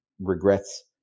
regrets